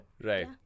Right